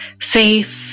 safe